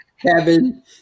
Kevin